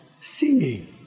singing